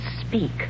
speak